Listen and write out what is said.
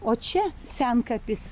o čia senkapis